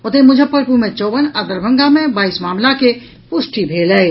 ओतहि मुजफ्फरपुर मे चौवन आ दरभंगा मे बाईस मामिला के पुष्टि भेल अछि